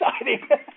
exciting